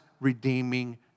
redeeming